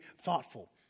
thoughtful